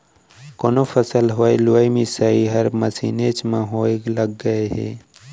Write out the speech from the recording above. कोनो फसल होय लुवई मिसई हर मसीनेच म होय लग गय हे